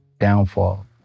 Downfall